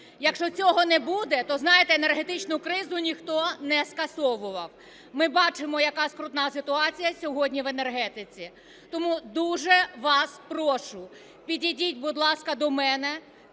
Якщо цього не буде, то, знаєте, енергетичну кризу ніхто не скасовував, ми бачимо, яка скрутна ситуація сьогодні в енергетиці. Тому дуже вас прошу, підійдіть, будь ласка, до мене,